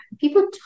people